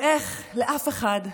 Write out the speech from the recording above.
ואיך לאף אחד,